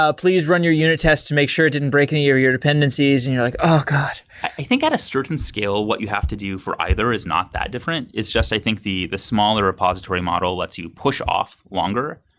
ah please run your unit tests to make sure it didn't break any of your dependencies, and you're like, oh god! i think a certain scale, what you have to do for either is not that different. it's just i think the the smaller repository model lets you push off longer.